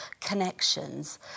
connections